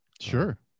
Sure